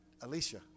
Alicia